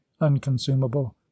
unconsumable